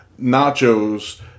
nachos